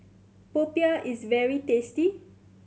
popiah is very tasty